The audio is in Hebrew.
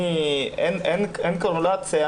אין קורלציה